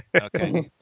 Okay